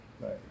Right